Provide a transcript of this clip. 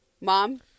Mom